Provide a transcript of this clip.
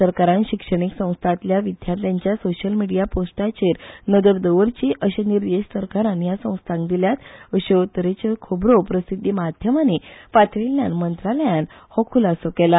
सरकारान शिक्षणिक संस्थांतल्या विद्यार्थ्याच्या सोशियल मीडिया पोस्टाचेर नजर दवरची अशे निर्देश सरकारान ह्या संस्थांक दिल्यात अश्यो तरेच्यो खबरो प्रसिध्दीमाध्यमानी पातळील्ल्यान मंत्रालयान हो खुलासो केला